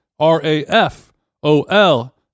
R-A-F-O-L